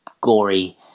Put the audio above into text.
gory